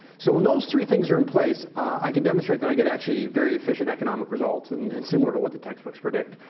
so when those three things are in place, i can demonstrate that i get actually very efficient economic results and and similar to what the textbooks predict.